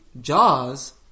Jaws